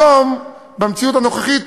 היום, במציאות הנוכחית,